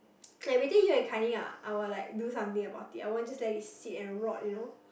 like between you and Kai-Ling ah I will like do something about it I won't just let it sit and rot you know